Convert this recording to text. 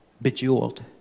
bejeweled